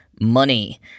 money